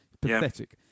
Pathetic